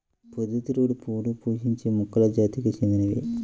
పొద్దుతిరుగుడు పువ్వులు పుష్పించే మొక్కల జాతికి చెందినవి